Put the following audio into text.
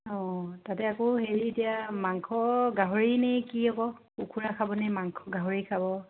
অঁ তাতে আকৌ হেৰি এতিয়া মাংস গাহৰিনে কি আকৌ কুকুৰা খাবনে মাংস গাহৰি খাব